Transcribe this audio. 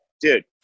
Dude